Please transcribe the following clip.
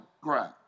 ground